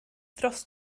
dros